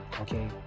okay